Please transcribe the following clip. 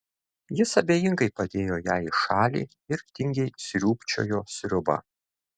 jis abejingai padėjo ją į šalį ir tingiai sriūbčiojo sriubą